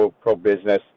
pro-business